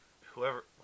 whoever